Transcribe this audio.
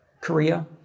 Korea